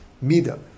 mida